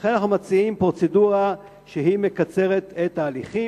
לכן אנחנו מציעים פרוצדורה שמקצרת את ההליכים.